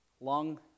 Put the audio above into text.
Long